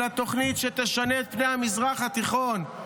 אלא תוכנית שתשנה את פני המזרח התיכון.